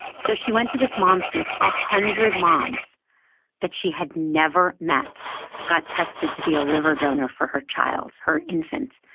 so she went to this moms group. one ah hundred moms that she had never met got tested to be a liver donor for her child, her infant.